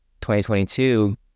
2022